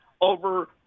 over